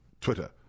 Twitter